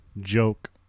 joke